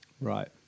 right